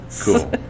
Cool